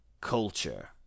culture